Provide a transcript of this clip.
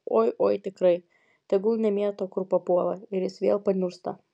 oi oi tikrai tegul nemėto kur papuola ir jis vėl paniursta